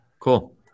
cool